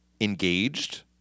engaged